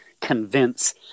convince